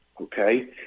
okay